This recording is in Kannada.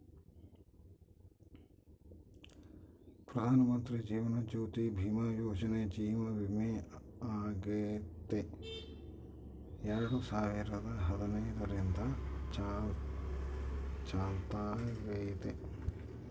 ಪ್ರಧಾನಮಂತ್ರಿ ಜೀವನ ಜ್ಯೋತಿ ಭೀಮಾ ಯೋಜನೆ ಜೀವ ವಿಮೆಯಾಗೆತೆ ಎರಡು ಸಾವಿರದ ಹದಿನೈದರಿಂದ ಚಾಲ್ತ್ಯಾಗೈತೆ